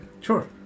Sure